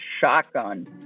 shotgun